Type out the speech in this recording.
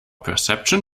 perception